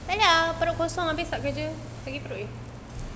tak boleh ah perut kosong habis start kerja sakit perut